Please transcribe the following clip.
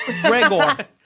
Gregor